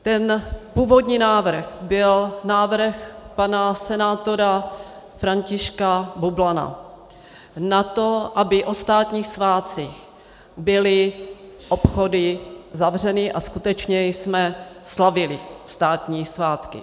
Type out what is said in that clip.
Ten původní návrh byl návrh pana senátora Františka Bublana na to, aby o státních svátcích byly obchody zavřeny a skutečně jsme slavili státní svátky.